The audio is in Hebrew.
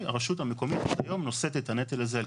הרשות המקומית היום נושאת את הנטל הזה על